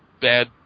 bad